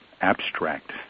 abstract